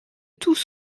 tous